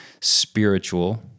spiritual